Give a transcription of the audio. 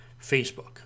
Facebook